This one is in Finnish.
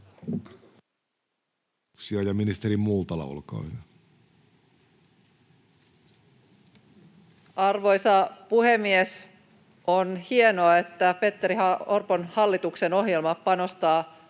Arvoisa puhemies! On hienoa, että Petteri Orpon hallituksen ohjelma panostaa